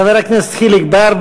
חבר הכנסת חיליק בר,